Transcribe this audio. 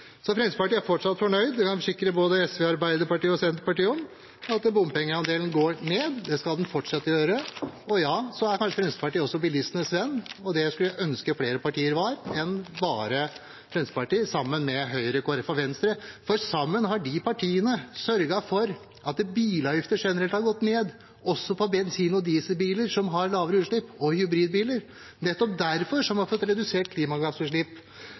Fremskrittspartiet er fortsatt fornøyd. Jeg kan forsikre både SV, Arbeiderpartiet og Senterpartiet om at bompengeandelen går ned. Det skal den fortsette å gjøre. Og ja – så er kanskje Fremskrittspartiet bilistenes venn, og det skulle jeg ønske flere partier enn bare Fremskrittspartiet var, og Høyre, Kristelig Folkeparti og Venstre. For sammen har disse partiene sørget for at bilavgifter generelt har gått ned, også for bensin- og dieselbiler som har lavere utslipp, og for hybridbiler. Nettopp derfor har man fått reduserte klimagassutslipp.